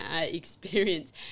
experience